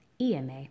EMA